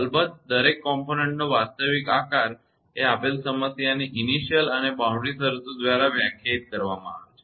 અલબત્ત દરેક ઘટક નો વાસ્તવિક આકાર એ આપેલ સમસ્યાની પ્રારંભિક અને બાઉન્ડ્રી શરતો દ્વારા વ્યાખ્યાયિત કરવામાં આવે છે